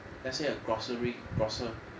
let's say a grocery grocer